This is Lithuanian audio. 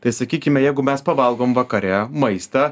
tai sakykime jeigu mes pavalgom vakare maistą